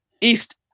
east